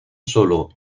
sólo